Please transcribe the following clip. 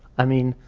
i mean,